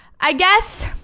i guess,